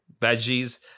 veggies